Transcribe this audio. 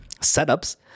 setups